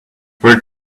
where